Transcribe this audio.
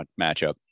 matchup